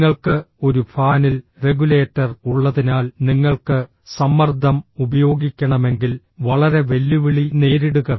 നിങ്ങൾക്ക് ഒരു ഫാനിൽ റെഗുലേറ്റർ ഉള്ളതിനാൽ നിങ്ങൾക്ക് സമ്മർദ്ദം ഉപയോഗിക്കണമെങ്കിൽ വളരെ വെല്ലുവിളി നേരിടുക